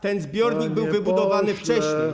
Ten zbiornik było wybudowany wcześniej.